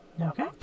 Okay